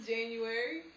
January